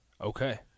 Okay